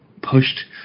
pushed